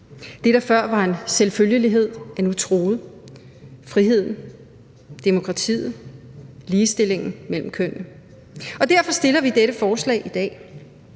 Det, der før var en selvfølgelighed, er nu truet: friheden, demokratiet, ligestillingen mellem kønnene. Derfor kommer vi med dette forslag i dag.